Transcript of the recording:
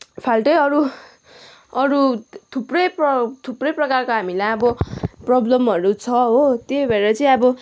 फाल्टै अरू अरू थुप्रै प्रो थुप्रै प्रकारको हामीलाई अब प्रब्लमहरू छ हो त्यही भएर चाहिँ अब